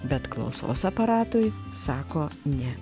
bet klausos aparatui sako ne